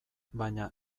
baina